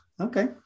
Okay